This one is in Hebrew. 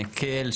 מקל,